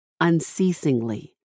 unceasingly